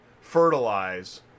fertilize